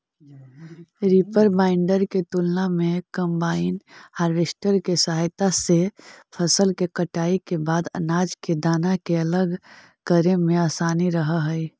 reaper binder के तुलना में कम्बाइन हार्वेस्टर के सहायता से फसल के कटाई के बाद अनाज के दाना के अलग करे में असानी रहऽ हई